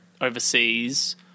overseas